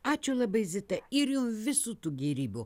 ačiū labai zita ir jum visų tų gėrybių